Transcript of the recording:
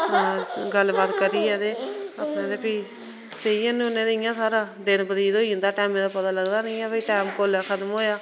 गल्ल बात करियै ते अपने ते फ्ही सेई जन्ने होन्ने ते इयां साढ़ा दिन बतीत होई जंदा टैमें दा पता लगदा नेईं ऐ भाई ते टैम कोल्ले खत्म होआ